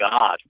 god